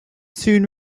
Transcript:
soon